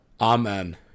Amen